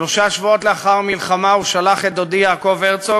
שלושה שבועות לאחר המלחמה הוא שלח את דודי יעקב הרצוג